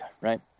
right